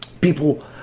people